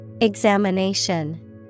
Examination